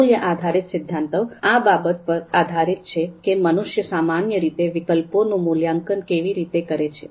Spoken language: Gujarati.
મૂલ્ય આધારિત સિદ્ધાંતો આ બાબત પર આધારિત છે કે મનુષ્ય સામાન્ય રીતે વિકલ્પોનું મૂલ્યાંકન કેવી રીતે કરે છે